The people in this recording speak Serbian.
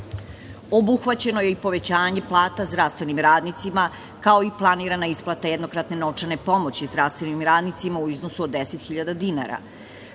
ustanova. Obuhvaćeno je i povećanje plata zdravstvenim radnicima, kao i planirana isplata jednokratne novčane pomoći zdravstvenim radnicima u iznosu od 10.000,00 dinara.